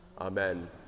Amen